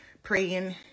praying